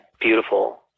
beautiful